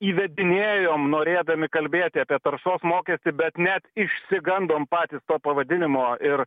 įvedinėjom norėdami kalbėti apie taršos mokestį bet net išsigandom patys to pavadinimo ir